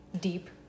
Deep